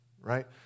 right